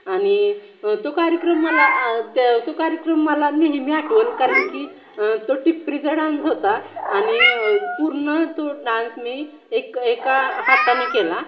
आणि तो कार्यक्रम मला त्या तो कार्यक्रम मला नेहमी आठवेल कारण की तो टिपरीचा डान्स होता आणि पूर्ण तो डान्स मी एक एका हाताने केला